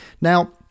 Now